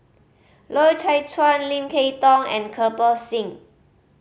Loy Chye Chuan Lim Kay Tong and Kirpal Singh